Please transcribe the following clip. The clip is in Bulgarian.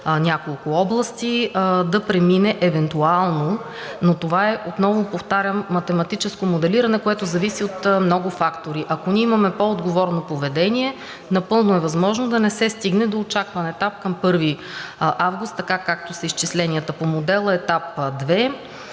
няколко области, да премине евентуално, но това е, отново повтарям, математическо моделиране, което зависи от много фактори. Ако ние имаме по-отговорно поведение, напълно е възможно да не се стигне до очакван етап от 1 август, така както са изчисленията. По модела етап 1